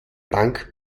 bank